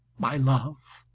my love.